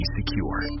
secure